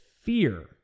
fear